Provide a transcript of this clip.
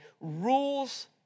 rules